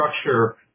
structure